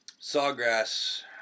sawgrass